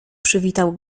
przywitał